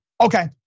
Okay